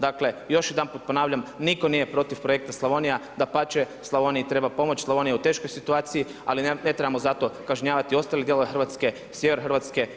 Dakle, još jedanput ponavljam, nitko nije protiv Projekta Slavonija, dapače, Slavoniji treba pomoći, Slavonija je u teškoj situaciji ali ne trebamo zato kažnjavati i ostale dijelove Hrvatske, sjever Hrvatske.